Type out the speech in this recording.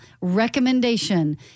recommendation